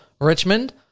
Richmond